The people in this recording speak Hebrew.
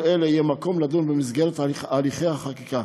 על כל אלה יהיה מקום לדון במסגרת הליכי החקיקה.